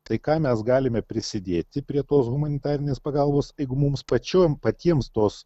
tai ką mes galime prisidėti prie tos humanitarinės pagalbos jeigu mums pačiom patiems tos